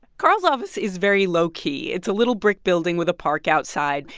carl's office is very low key. it's a little brick building with a park outside.